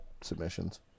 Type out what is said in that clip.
Submissions